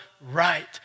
right